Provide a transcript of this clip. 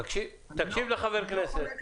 תקשיב לחבר כנסת.